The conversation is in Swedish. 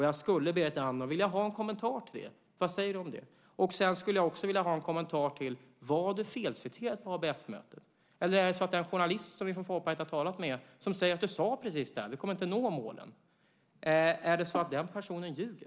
Jag skulle, Berit Andnor, vilja ha en kommentar till det. Vad säger du om det? Jag skulle också vilja ha en kommentar till om det var felciterat på ABF-mötet eller om den journalist som vi från Folkpartiet har talat med som säger att du sade precis det - vi kommer inte att nå målen - ljuger.